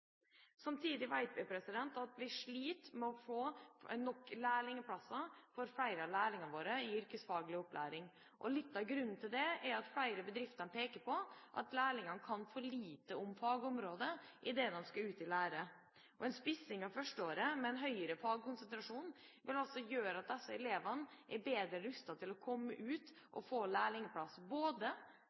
Samtidig vet vi at man sliter med å få nok lærlingplasser til lærlingene våre i yrkesfaglig opplæring. Litt av grunnen til det, som flere bedrifter peker på, er at lærlingene kan for lite om fagområdet i det de skal ut i lære i. En spissing av første året med en høyere fagkonsentrasjon vil gjøre disse elevene bedre rustet til å komme ut og få lærlingplass,